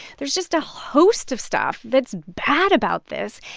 there's just a host of stuff that's bad about this.